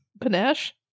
panache